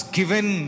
given